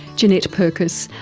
jeanette purkis,